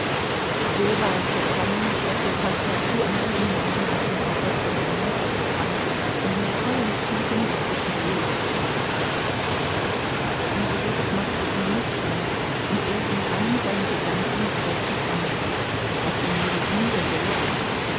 so war es gekommen daß sich passepartout an diesem morgen auf dem verdeck des carnatic befand und mit vollen zügen die frische seeluft einathmete diese luft machte ihn nüchtern und er fing an seine gedanken wieder zu sammeln was ihm nur mit mühe gelang